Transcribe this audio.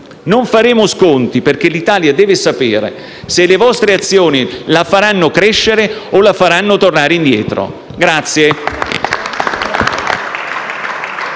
Non faremo sconti, perché l'Italia deve sapere se le vostre azioni la faranno crescere o la faranno tornare indietro.